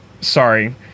Sorry